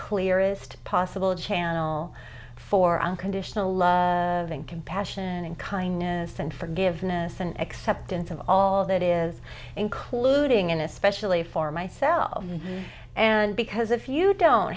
clearest possible channel for unconditional love and compassion and kindness and forgiveness and acceptance of all that is including and especially for myself and because if you don't